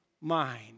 mind